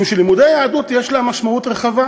משום שלימודי היהדות יש להם משמעות רחבה,